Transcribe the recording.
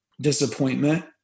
disappointment